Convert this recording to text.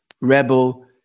rebel